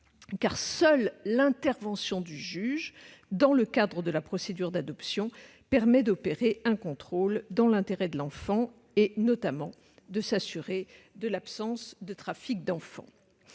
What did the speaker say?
car seule l'intervention du juge dans le cadre de la procédure d'adoption permet d'opérer un contrôle dans l'intérêt de l'enfant, notamment de s'assurer de l'absence de trafic d'enfants.